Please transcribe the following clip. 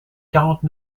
quarante